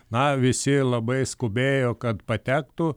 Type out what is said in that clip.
na visi labai skubėjo kad patektų